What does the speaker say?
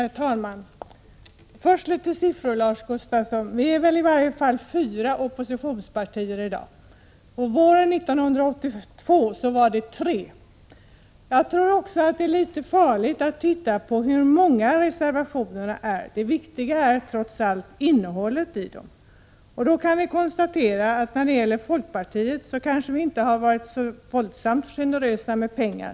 Herr talman! Först några siffror, Lars Gustafsson. Det finns väl i varje fall fyra oppositionspartier i dag. Och våren 1982 fanns det tre. Jag tror också att det är litet farligt att titta på hur många reservationer det finns. Det viktiga är trots allt innehållet i dem. Då kan vi konstatera att folkpartiet kanske inte har varit så våldsamt generöst med pengar.